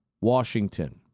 Washington